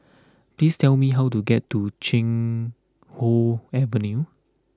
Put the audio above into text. please tell me how to get to Chuan Hoe Avenue